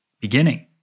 beginning